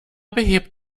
behebt